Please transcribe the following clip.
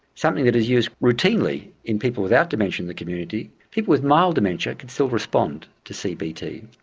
something that is used routinely in people without dementia in the community. people with mild dementia can still respond to cbt.